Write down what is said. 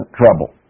trouble